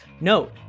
No